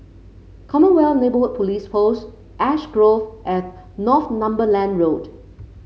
Commonwealth Neighbourhood Police Post Ash Grove at Northumberland Road